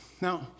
Now